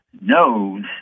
knows